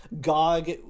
Gog